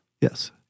Yes